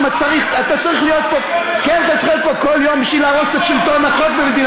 אתה צריך להיות פה, יאיר, יאיר,